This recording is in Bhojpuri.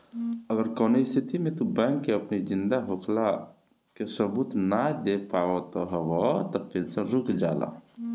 अगर कवनो स्थिति में तू बैंक के अपनी जिंदा होखला कअ सबूत नाइ दे पावत हवअ तअ पेंशन रुक जाला